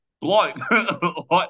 bloke